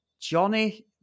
Johnny